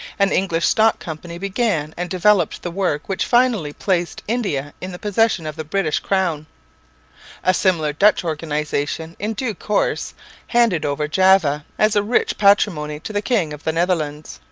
an english stock company began and developed the work which finally placed india in the possession of the british crown a similar dutch organization in due course handed over java as a rich patrimony to the king of the netherlands.